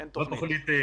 אין תוכנית.